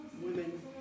women